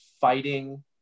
fighting